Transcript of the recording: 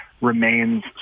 remains